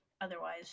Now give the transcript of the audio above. otherwise